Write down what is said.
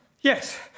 Yes